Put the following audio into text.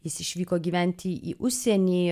jis išvyko gyventi į užsienį